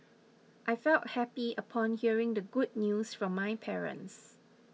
I felt happy upon hearing the good news from my parents